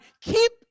keep